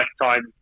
lifetime